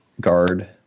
guard